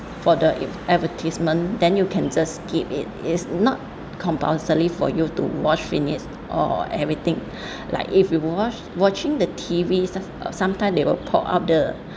for the advertisement then you can just skip it is not compulsory for you to watch finish or everything like if you watch watching the T_V some time they will pop up the